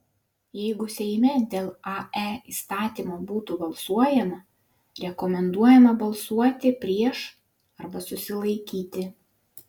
jeigu seime dėl ae įstatymo būtų balsuojama rekomenduojama balsuoti prieš arba susilaikyti